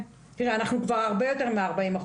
תראי, אנחנו כבר הרבה יותר מ-40%.